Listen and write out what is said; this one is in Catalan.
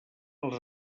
els